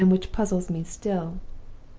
and which puzzles me still.